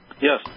Yes